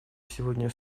сегодня